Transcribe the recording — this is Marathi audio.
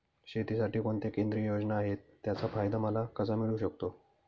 शेतीसाठी कोणत्या केंद्रिय योजना आहेत, त्याचा फायदा मला कसा मिळू शकतो?